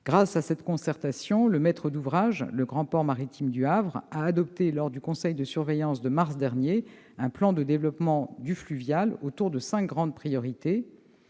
Grâce à cette concertation, le maître d'ouvrage, le grand port maritime du Havre, a adopté lors de son conseil de surveillance de mars dernier un plan de développement du fluvial autour de cinq grandes priorités.